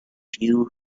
few